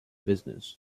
business